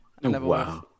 wow